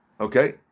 Okay